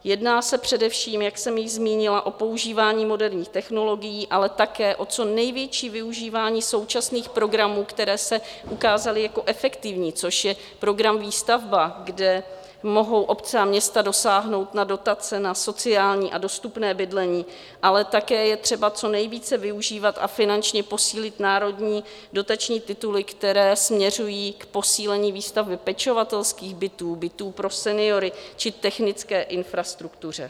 Jedná se především, jak jsem již zmínila, o používání moderních technologií, ale také o co největší využívání současných programů, které se ukázaly jako efektivní, což je program Výstavba, kde mohou obce a města dosáhnout na dotace na sociální a dostupné bydlení, ale také je třeba co nejvíce využívat a finančně posílit národní dotační tituly, které směřují k posílení výstavby pečovatelských bytů, bytů pro seniory či k technické infrastruktuře.